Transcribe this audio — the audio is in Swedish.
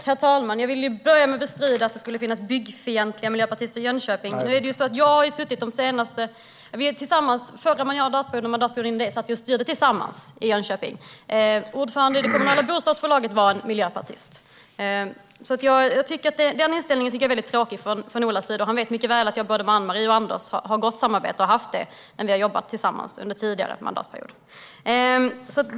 Herr talman! Jag vill börja med att bestrida att det skulle finnas byggfientliga miljöpartister i Jönköping. Under förra mandatperioden och mandatperioden dessförinnan satt vi och styrde tillsammans i Jönköping. Ordföranden i det kommunala bostadsbolaget var miljöpartist. Inställningen från Olas sida tycker jag är väldigt tråkig. Han vet mycket väl att jag har ett gott samarbete med både Ann-Marie och Anders och har haft det när vi har jobbat tillsammans under tidigare mandatperiod.